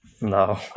No